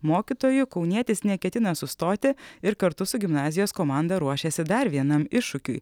mokytoju kaunietis neketina sustoti ir kartu su gimnazijos komanda ruošiasi dar vienam iššūkiui